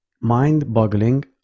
mind-boggling